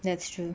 that's true